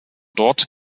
dort